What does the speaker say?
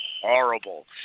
horrible